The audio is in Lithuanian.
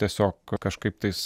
tiesiog kažkaip tais